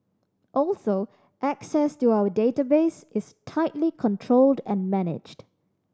also access to our database is tightly controlled and managed